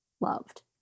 loved